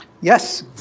Yes